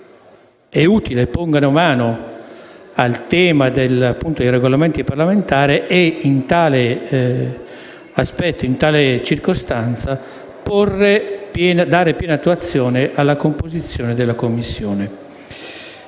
il Senato pongano mano al tema dei Regolamenti parlamentari e, in tale circostanza, diano piena attuazione alla composizione della Commissione.